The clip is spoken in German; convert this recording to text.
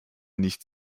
nicht